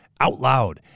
OUTLOUD